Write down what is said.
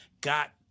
got